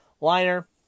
Liner